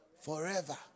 forever